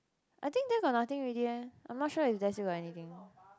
I think there got nothing already eh I'm not sure if there still got anything